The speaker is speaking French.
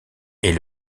est